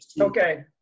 okay